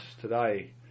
today